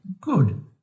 good